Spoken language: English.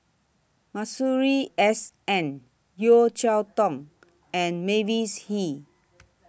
Masuri S N Yeo Cheow Tong and Mavis Hee